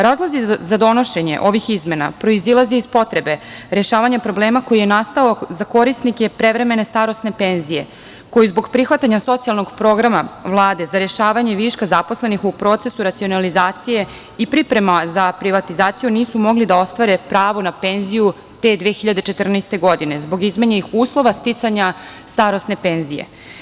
Razlozi za donošenje ovih izmena proizilaze iz potrebe rešavanja problema koji je nastao za korisnike prevremene starosne penzije koji zbog prihvatanja socijalnog programa Vlade za rešavanje viška zaposlenih u procesu racionalizacije i priprema za privatizaciju nisu mogli da ostvare pravo na penziju te 2014. godine zbog izmenjenih uslova sticanja starosne penzije.